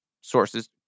sources